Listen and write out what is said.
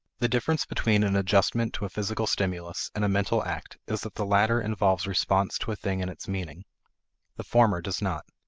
the difference between an adjustment to a physical stimulus and a mental act is that the latter involves response to a thing in its meaning the former does not.